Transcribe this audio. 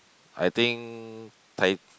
I think Tai~